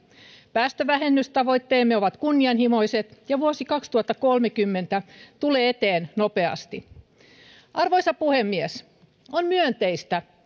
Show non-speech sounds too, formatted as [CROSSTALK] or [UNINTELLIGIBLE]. päästövähennystavoitteemme ovat kunnianhimoiset ja vuosi kaksituhattakolmekymmentä tulee eteen nopeasti arvoisa puhemies on myönteistä [UNINTELLIGIBLE]